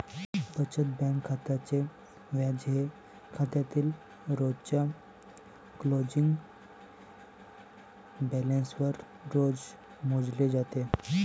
बचत बँक खात्याचे व्याज हे खात्यातील रोजच्या क्लोजिंग बॅलन्सवर रोज मोजले जाते